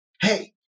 hey